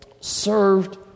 served